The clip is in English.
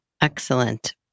Excellent